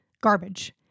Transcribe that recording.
garbage